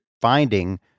finding